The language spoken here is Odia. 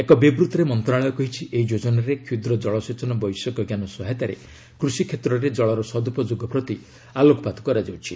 ଏକ ବିବୃତ୍ତିରେ ମନ୍ତ୍ରଶାଳୟ କହିଛି ଏହି ଯୋଜନାରେ କ୍ଷୁଦ୍ର ଜଳସେଚନ ବୈଷୟିକଜ୍ଞାନ ସହାୟତାରେ କୃଷି କ୍ଷେତ୍ରରେ କଳର ସଦୂପଯୋଗ ପ୍ତି ଆଲୋକପାତ କରାଯାଉଛି